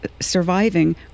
surviving